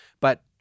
But-